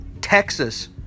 Texas